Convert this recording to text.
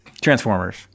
Transformers